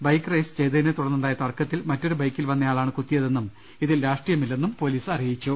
ബൈക്ക്റൈസ് ചെയ്തതിനെത്തു ടർന്നുണ്ടായ തർക്കത്തിൽ മറ്റൊരു ബൈക്കിൽ വന്നയാളാണ് കുത്തിയതെന്നും ഇതിൽ രാഷ്ട്രീയമില്ലെന്നും പൊലീസ് പറ ഞ്ഞു